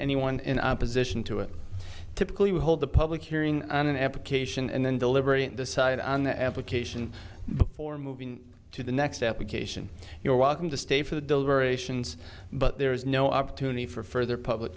nyone in opposition to it typically will hold a public hearing on an application and then deliberate decide on the application before moving to the next application you're welcome to stay for the deliberations but there is no opportunity for further public